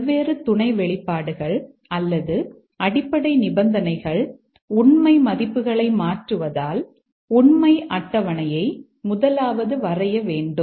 வெவ்வேறு துணை வெளிப்பாடுகள் அல்லது அடிப்படை நிபந்தனைகள் உண்மை மதிப்புகளை மாற்றுவதால் உண்மை அட்டவணையை முதலாவது வரைய வேண்டும்